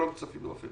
או לא מצטרפים לאופק,